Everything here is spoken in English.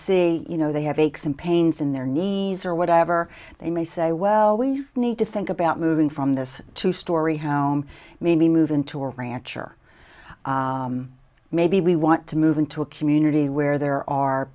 see you know they have aches and pains in their knees or whatever they may say well we need to think about moving from this two story home maybe move into a ranch or maybe we want to move into a community where there are